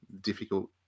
difficult